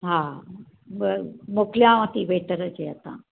हा ॿ मोकिलियांव थी वेटर जे हथां